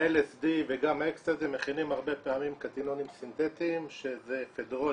ה-LSD וגם האקסטזי מכילים הרבה פעמים קתנונים סינטטיים שזה אפדרון,